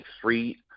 three